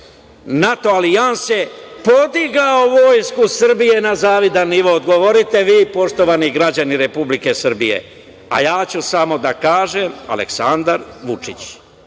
NATO alijanse podigao Vojsku Srbije na zavidan nivo? Odgovorite vi, poštovani građani Republike Srbije, a ja ću samo da kažem - Aleksandar Vučić.I